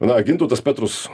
na gintautas petrus